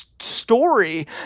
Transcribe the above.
story